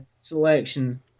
selection